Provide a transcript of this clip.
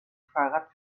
fahrrad